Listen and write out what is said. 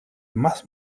más